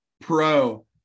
pro